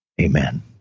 Amen